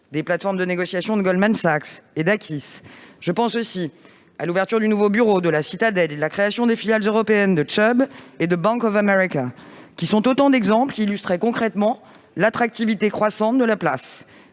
des plateformes de négociation de Goldman Sachs et d'Acquis Exchange. Je pense aussi à l'ouverture du nouveau bureau de Citadel et à la création des filiales européennes de Chubb et de Bank of America, qui sont autant d'exemples illustrant concrètement l'attractivité croissante de la place.